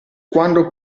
quando